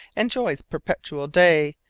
enjoys perpetual day,